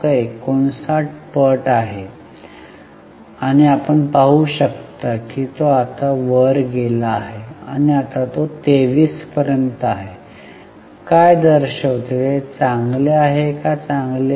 59 पट आहे आणि आपण पाहू शकता की तो आता वर गेला आहे आता तो 23 आहे ते काय दर्शवते ते चांगले आहे की चांगले नाही